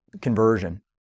conversion